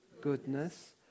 goodness